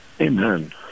Amen